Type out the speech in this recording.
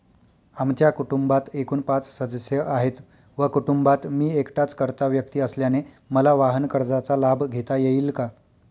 आमच्या कुटुंबात एकूण पाच सदस्य आहेत व कुटुंबात मी एकटाच कर्ता व्यक्ती असल्याने मला वाहनकर्जाचा लाभ घेता येईल का?